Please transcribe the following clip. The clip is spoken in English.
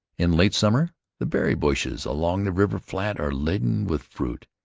in late summer the berry-bushes along the river-flat are laden with fruit,